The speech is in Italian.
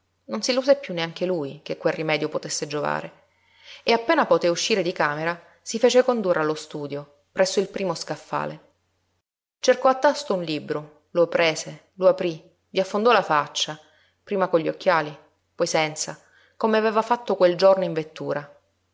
non s'illuse piú neanche lui che quel rimedio potesse giovare e appena poté uscire di camera si fece condurre allo studio presso il primo scaffale cercò a tasto un libro lo prese lo aprí vi affondò la faccia prima con gli occhiali poi senza come aveva fatto quel giorno in vettura